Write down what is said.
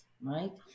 Right